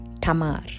Tamar